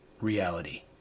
reality